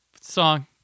Song